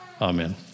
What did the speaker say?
Amen